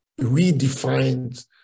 redefined